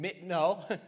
No